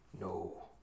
No